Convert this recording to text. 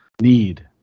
need